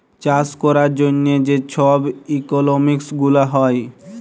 চাষ ক্যরার জ্যনহে যে ছব ইকলমিক্স গুলা হ্যয়